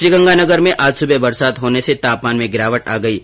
श्रीगंगानगर में आज सुबह बरसात होने से तापमान में गिरावट आ गई है